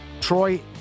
Troy